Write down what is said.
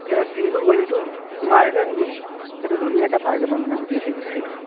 এই চিংগুল গলিটো সোমাই আহিলে তুমি সেইটো ধুনীয়াকৈ পাই যাবা মানে গোটেই সেই সেইটো